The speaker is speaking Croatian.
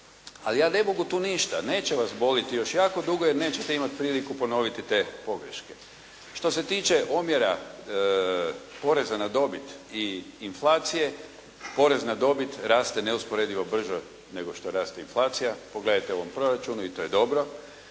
Ali ja ne mogu tu ništa. Neće vas boliti još jako dugo, jer nećete imati priliku ponoviti te pogreške. Što se tiče omjera poreza na dobit i inflacije, porez na dobit raste neusporedivo brže nego što raste inflacija, pogledajte u ovom proračunu i to je dobro.